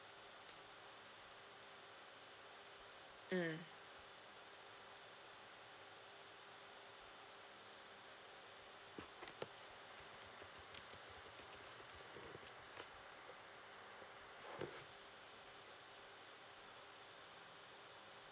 mm